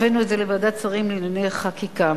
הבאנו את זה לוועדת שרים לענייני חקיקה.